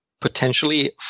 potentially